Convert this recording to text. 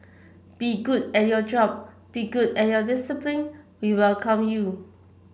be good at your job be good at your discipline we welcome you